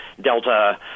Delta